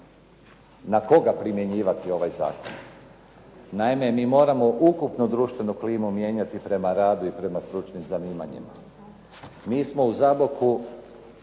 na koga primjenjivati ovaj zakon. Naime, mi moramo ukupnu društvenu klimu mijenjati prema radu i prema stručnim zanimanjima. Mi smo u Zaboku,